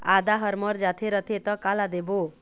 आदा हर मर जाथे रथे त काला देबो?